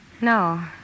No